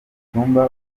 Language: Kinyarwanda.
cyumba